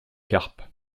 carpes